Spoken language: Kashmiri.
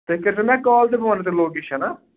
تُہۍ کٔرۍزیو مےٚ کال تہٕ بہٕ وَنہٕ تۄہہِ لوکیشَن